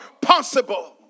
possible